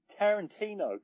Tarantino